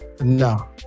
no